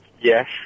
yes